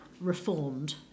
reformed